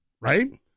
right